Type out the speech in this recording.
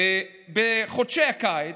בחודשי הקיץ,